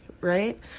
right